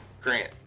Grant